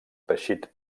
teixit